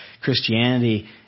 Christianity